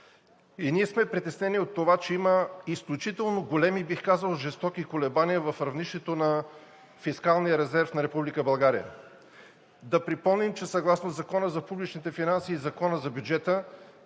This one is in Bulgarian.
И ние сме притеснени от това, че има изключително големи, бих казал жестоки, колебания в равнището на фискалния резерв на Република България. Да припомним, че съгласно Закона за публичните финанси и Закона за бюджета,